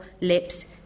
lips